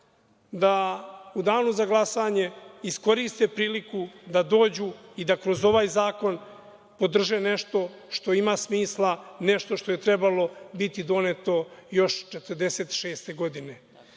da u danu za glasanje iskoriste priliku da dođu i da kroz ovaj zakon podrže nešto što ima smisla, nešto što je trebalo biti doneto još 1946. godine. Hvala